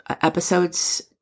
episodes